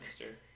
mister